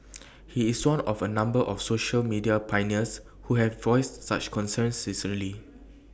he is one of A number of social media pioneers who have voiced such concerns recently